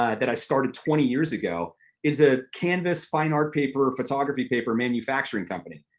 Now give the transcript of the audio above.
ah that i started twenty years ago is a canvas, fine art paper, photography paper manufacturing company,